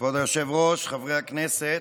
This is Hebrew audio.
כבוד היושב-ראש, חברי הכנסת,